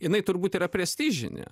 jinai turbūt yra prestižinė